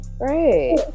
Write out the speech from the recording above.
right